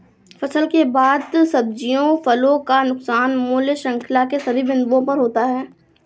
फसल के बाद सब्जियों फलों का नुकसान मूल्य श्रृंखला के सभी बिंदुओं पर होता है